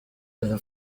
the